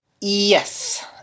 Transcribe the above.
Yes